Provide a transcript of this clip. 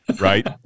right